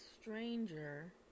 stranger